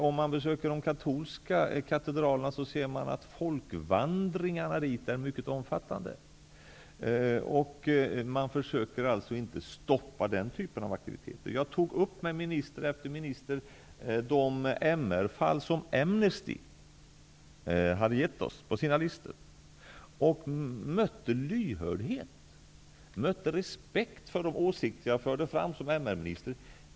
Om man besöker de katolska katedralerna ser man att folkvandring dit är mycket omfattande. Ingen försöker alltså stoppa den typen av aktiviteter. Jag tog upp de MR-fall som Amnesty hade gett oss listor på med minister efter minister, och jag mötte lyhördhet. Jag mötte respekt för de åsikter jag förde fram som MR-minister.